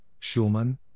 Schulman